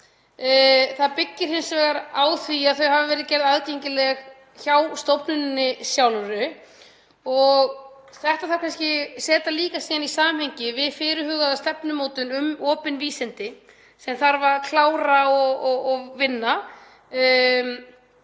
Það byggir hins vegar á því að þau hafi verið gerð aðgengileg hjá stofnuninni sjálfri. Þetta þarf kannski líka að setja í samhengi við fyrirhugaða stefnumótun um opin vísindi sem þarf að klára og vinna,